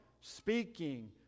speaking